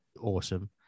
awesome